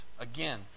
again